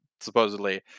supposedly